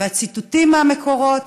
והציטוטים מהמקורות,